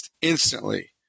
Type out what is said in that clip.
instantly